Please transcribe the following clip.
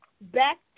back